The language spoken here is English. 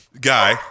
guy